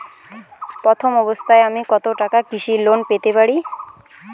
প্রথম অবস্থায় আমি কত টাকা কৃষি লোন পেতে পারি?